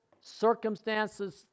circumstances